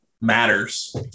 matters